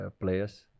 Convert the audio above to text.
players